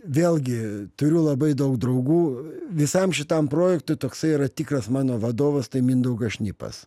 vėlgi turiu labai daug draugų visam šitam projektui toksai yra tikras mano vadovas tai mindaugas šnipas